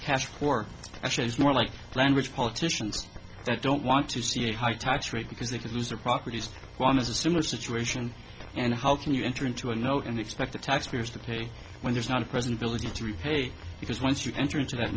cash for ash is more like language politicians that don't want to see a high tax rate because they could lose their properties one is a similar situation and how can you enter into a note and expect the taxpayers to pay when there's not a present villages to repay because once you enter into that